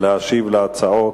להשיב על ההצעות.